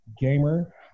gamer